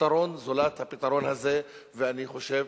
פתרון זולת הפתרון הזה, ואני חושב,